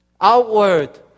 Outward